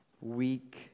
weak